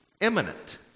imminent